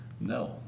No